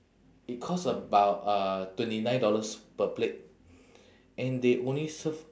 it costs about uh twenty nine dollars per plate and they only serve